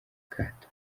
akato